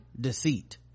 deceit